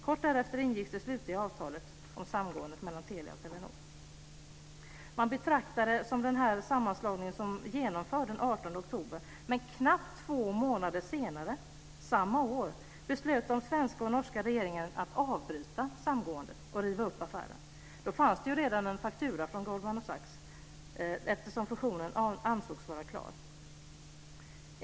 Kort därefter ingicks det slutliga avtalet om samgåendet mellan Man betraktade sammanslagningen som genomförd den 18 oktober, men knappt två månader senare samma år beslöt de svenska och norska regeringarna att avbryta samgåendet och riva upp affären. Då fanns det redan en faktura från Goldman Sachs, eftersom fusionen ansågs vara klar.